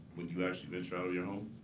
would you actually venture out of your home?